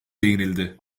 değinildi